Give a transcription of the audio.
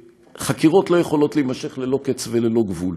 שחקירות לא יכולות להימשך ללא קץ וללא גבול,